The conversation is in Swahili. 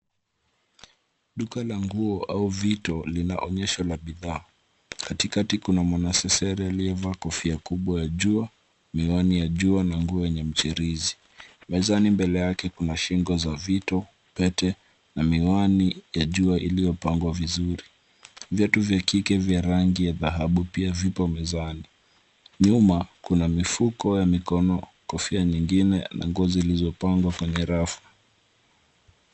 Duka la nguo au vitu linaonyesho la bidhaa. Katikati kuna mwanasesere aliyevaa kofia ya jua, miwani ya jua na nguo yenye mchirizi. Mezani mbele yake kuna shingo za vitu, pete na miwani ya jua iliyopangwa vizuri. Viatu vya rangi ya dhahabu pia vipo mezani. Nyuma kuna mifuko ya mikono, kofia nyingine na nguo zilizopangwa kwenye rafu.